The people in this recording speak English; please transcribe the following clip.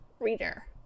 reader